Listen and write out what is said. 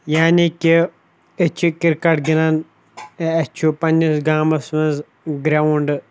یعنی کہ أسۍ چھِ کِرکَٹ گِنٛدان تہٕ اَسِہ چھُ پنٛنِس گامَس منٛز گرٛاوُنٛڈ